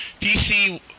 PC